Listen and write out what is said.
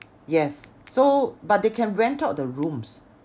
yes so but they can rent out the rooms